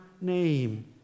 name